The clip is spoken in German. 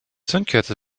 zündkerze